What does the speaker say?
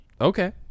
Okay